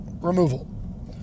removal